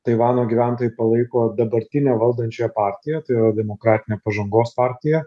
taivano gyventojai palaiko dabartinę valdančią partiją tai yra demokratinė pažangos partija